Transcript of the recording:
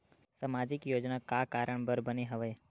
सामाजिक योजना का कारण बर बने हवे?